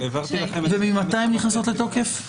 וממתי הן נכנסות לתוקף?